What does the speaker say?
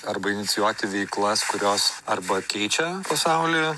arba inicijuoti veiklas kurios arba keičia pasaulį